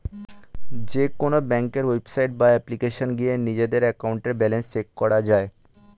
যেকোনো ব্যাংকের ওয়েবসাইট বা অ্যাপ্লিকেশনে গিয়ে নিজেদের অ্যাকাউন্টের ব্যালেন্স চেক করা যায়